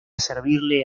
servirle